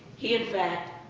he, in fact,